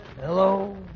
Hello